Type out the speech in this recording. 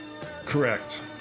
correct